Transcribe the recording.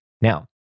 Now